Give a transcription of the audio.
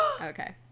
Okay